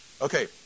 Okay